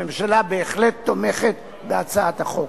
הממשלה בהחלט תומכת בהצעת החוק.